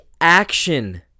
action